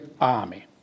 army